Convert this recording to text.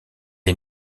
est